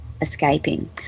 escaping